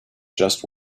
just